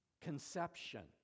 conception